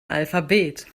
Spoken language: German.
alphabet